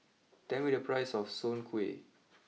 tell me the price of Soon Kueh